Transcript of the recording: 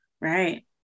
Right